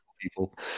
people